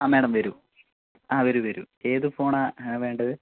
ആ മേഡം വരൂ ആ വരു വരു ഏത് ഫോണാണ് വേണ്ടത്